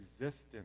existence